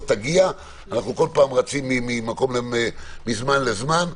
אנו רצים מזמן לזמן.